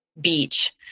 beach